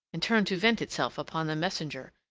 and turned to vent itself upon the messenger.